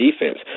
defense